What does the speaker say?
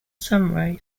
sunrise